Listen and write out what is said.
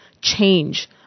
change